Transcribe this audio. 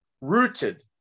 Rooted